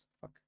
Fuck